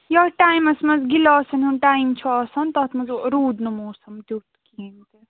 یَتھ ٹایمَس منٛز گِلاسَن ہُنٛد ٹایم چھُ آسان تَتھ منٛز روٗد نہٕ موسَم تیُتھ کِہیٖنۍ تہِ